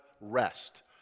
rest